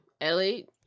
Ellie